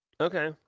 Okay